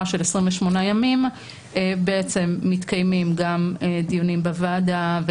של 28 ימים בעצם מתקיימים גם דיונים בוועדה,